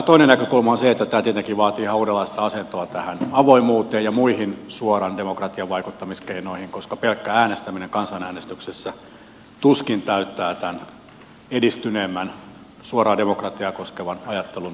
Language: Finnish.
toinen näkökulma on se että tämä tietenkin vaatii ihan uudenlaista asentoa tähän avoimuuteen ja muihin suoran demokratian vaikuttamiskeinoihin koska pelkkä äänestäminen kansanäänestyksessä tuskin täyttää tämän edistyneemmän suoraa demokratiaa koskevan ajattelun mittaristoa